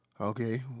Okay